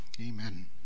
amen